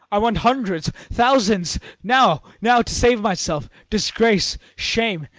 i want hundreds thousands now, now, to save myself! disgrace, shame,